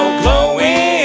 glowing